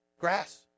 grass